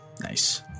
Nice